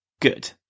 Good